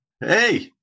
Hey